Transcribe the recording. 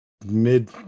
mid